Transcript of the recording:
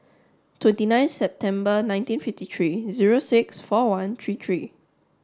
twenty nine September nineteen fifty three zero six four one three three